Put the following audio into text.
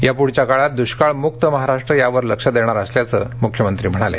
यापुढच्या काळात दृष्काळमुक्त महाराष्ट्र यावर लक्ष देणारअसल्याचं मुख्यमंत्री या वेळी म्हणाले